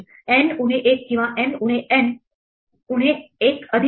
N उणे 1 किंवा N उणे N उणे 1 अधिक N